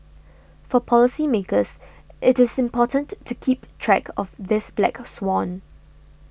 for policymakers it is important to keep track of this black swan